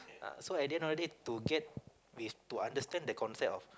ah so at the end of the day to get with to understand the concept of